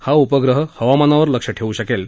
हा उपग्रह हवामानावर लक्ष ठेवू शकेल